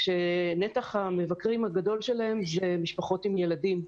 שנתח המבקרים הגדול שלהם זה משפחות עם ילדים.